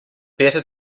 better